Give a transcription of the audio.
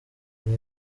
iyi